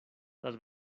las